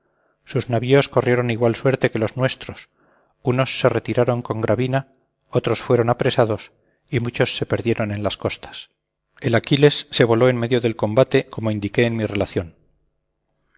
sus navíos corrieron igual suerte que los nuestros unos se retiraron con gravina otros fueron apresados y muchos se perdieron en las costas el achilles se voló en medio del combate como indiqué en mi relación